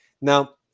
Now